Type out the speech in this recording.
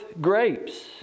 grapes